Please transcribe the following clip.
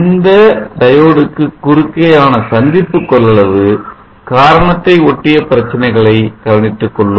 இந்த இந்த டயோடுக்கு குறுக்கே ஆன சந்திப்பு கொள்ளளவு காரணத்தை ஒட்டிய பிரச்சனைகளை கவனித்துக்கொள்ளும்